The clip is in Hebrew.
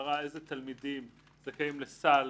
הבהרה איזה תלמידים זכאים לסל